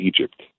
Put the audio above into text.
Egypt